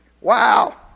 Wow